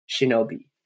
Shinobi